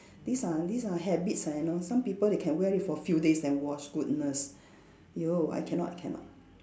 these are these are habits ah you know some people they can wear it for a few days then wash goodness !aiyo! I cannot cannot